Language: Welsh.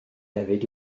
hefyd